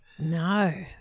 No